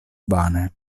vane